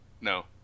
No